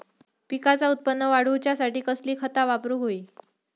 पिकाचा उत्पन वाढवूच्यासाठी कसली खता वापरूक होई?